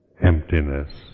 Emptiness